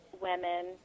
women